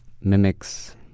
mimics